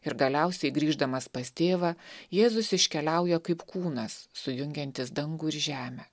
ir galiausiai grįždamas pas tėvą jėzus iškeliauja kaip kūnas sujungiantis dangų ir žemę